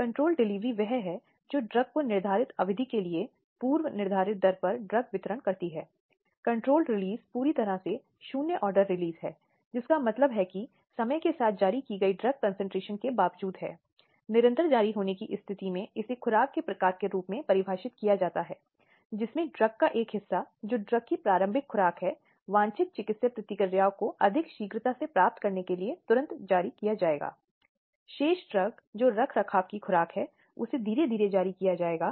क्योंकि ऐसे कई मामले सामने आए हैं जिनमें महिला के शरीर पर चोट के निशान या अनुपस्थिति और रोने की अक्षमता और लोगों का ध्यान आकर्षित करने में असमर्थता को अदालत ने सहमति के संकेत के रूप में कई उदाहरणों में बताया है